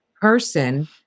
person